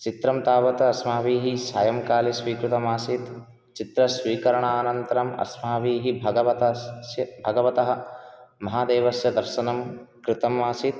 चित्रं तावत् अस्माभिः सायङ्काले स्वीकृतमासीत् चित्रस्वीकरणानन्तरम् अस्माभिः भगवतस्य भगवतः महादेवस्य दर्शनं कृतम् आसीत्